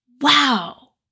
Wow